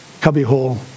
cubbyhole